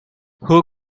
who